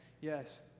Yes